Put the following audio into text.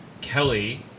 Kelly